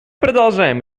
продолжаем